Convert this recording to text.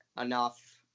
enough